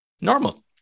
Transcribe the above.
normal